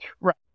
right